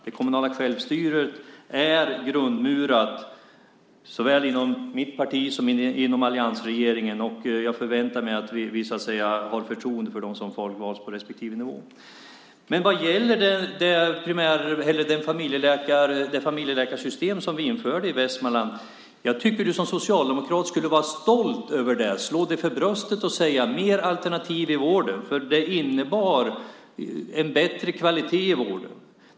Det kommunala självstyret är grundmurat såväl inom mitt parti som inom alliansregeringen. Jag förväntar mig att vi visar förtroende för dem som finns på respektive nivå. Vad gäller det familjeläkarsystem som vi införde i Västmanland tycker jag att du som socialdemokrat borde vara stolt över det, slå dig för bröstet och säga: Fler alternativ inom vården. Det systemet innebar en bättre kvalitet i vården.